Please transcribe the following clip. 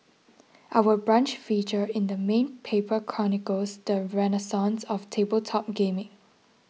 Our Brunch feature in the main paper chronicles the renaissance of tabletop gaming